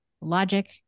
logic